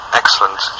excellent